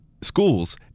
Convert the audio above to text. schools